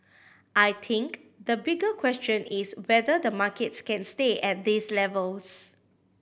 I think the bigger question is whether the markets can stay at these levels